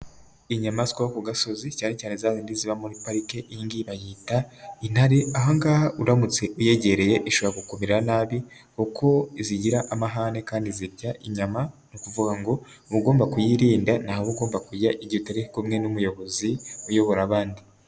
Inyamaswa yo ku gasozi cyane cyane za zindi ziba muri parike, iyi ngiyi bayita intare, aha ngaha uramutse uyegereye ishobora kukumerera nabi kuko zigira amahane kandi zirya inyama, ni ukuvuga ngo uba ugomba kuyirinda ntaho uba ugomba kujya igihe utari kumwe n'umuyobozi uyobora abandi.